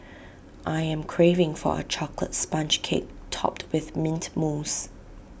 I am craving for A Chocolate Sponge Cake Topped with Mint Mousse